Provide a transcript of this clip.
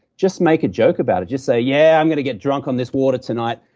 just make a joke about it. just say, yeah, i'm going to get drunk on this water tonight.